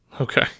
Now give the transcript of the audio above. Okay